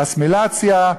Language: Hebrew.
אסימילציה,